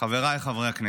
חבריי חברי הכנסת,